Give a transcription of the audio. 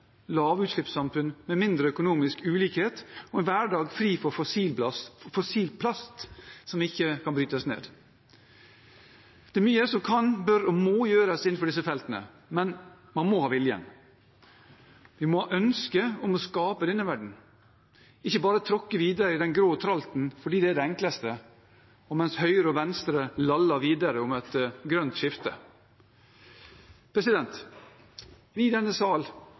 lavutslippssamfunn med mindre økonomisk ulikhet og en hverdag fri for fossil plast som ikke kan brytes ned. Det er mye som kan, bør og må gjøres innenfor disse feltene, men man må ha viljen. Vi må ha et ønske om å skape denne verdenen, ikke bare tråkke videre i den grå tralten fordi det er det enkleste – og mens Høyre og Venstre laller videre om et grønt skifte. Vi i denne sal